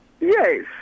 Yes